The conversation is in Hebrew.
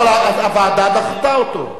הוועדה דחתה אותו.